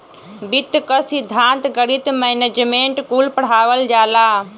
वित्त क सिद्धान्त, गणित, मैनेजमेंट कुल पढ़ावल जाला